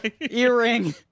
Earring